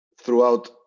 throughout